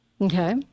Okay